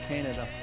Canada